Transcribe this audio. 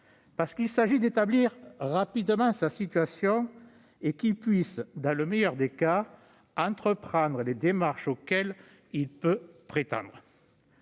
s'agit en effet d'établir rapidement sa situation, afin qu'il puisse, dans le meilleur des cas, entreprendre les démarches auxquelles il peut prétendre.